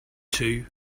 two